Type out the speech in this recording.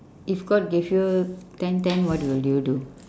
if god gave you ten ten what will you do